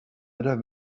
other